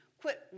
Quit